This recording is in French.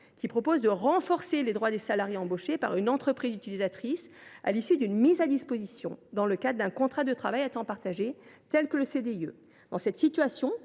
qui propose de renforcer les droits des salariés embauchés par une entreprise utilisatrice à l’issue d’une mise à disposition dans le cadre d’un contrat de travail à temps partagé, tel que le CDIE. Dans cette situation,